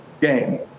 game